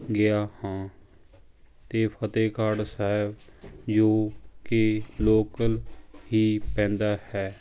ਗਿਆ ਹਾਂ ਅਤੇ ਫਤਿਹਗੜ੍ਹ ਸਾਹਿਬ ਜੋ ਕਿ ਲੋਕਲ ਹੀ ਪੈਂਦਾ ਹੈ